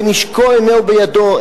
ונשקו אינו בידו.